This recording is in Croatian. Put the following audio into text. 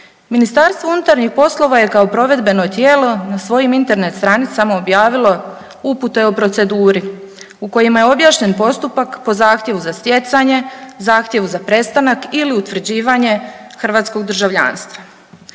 tih istih odredbi, MUP je kao provedbeno tijelo na svojim Internet stranicama objavilo upute o proceduri u kojima je objašnjen postupak po zahtjevu za stjecanje, zahtjevu za prestanak ili utvrđivanje hrvatskog državljanstva.